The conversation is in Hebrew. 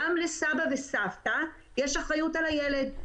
גם לסבא וסבתא יש אחריות על הילד.